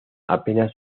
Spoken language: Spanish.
apenas